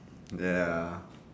ya